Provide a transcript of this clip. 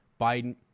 Biden